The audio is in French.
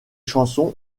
chansons